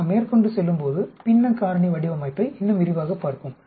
நாம் மேற்கொண்டு செல்லும்போது பின்ன காரணி வடிவமைப்பை இன்னும் விரிவாகப் பார்ப்போம்